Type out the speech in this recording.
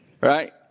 right